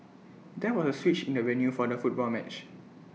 there was A switch in the venue for the football match